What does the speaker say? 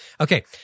okay